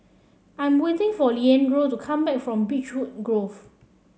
I'm waiting for Leandro to come back from Beechwood Grove